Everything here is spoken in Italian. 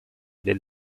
del